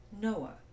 Noah